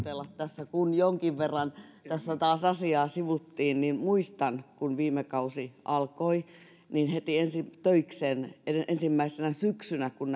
tässä kun jonkin verran tässä taas asiaa sivuttiin muistan että kun viime kausi alkoi niin heti ensi töikseen ensimmäisenä syksynä kun